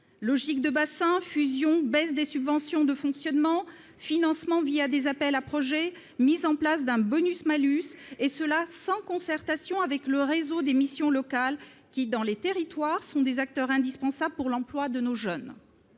logiques de bassin, fusions, baisse des subventions de fonctionnement, financement des appels à projets, mise en place d'un bonus-malus, et cela sans concertation avec le réseau des missions locales, acteurs indispensables dans les territoires pour l'emploi de nos jeunes.